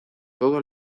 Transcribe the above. todo